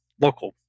local